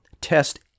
test